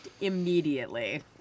immediately